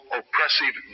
oppressive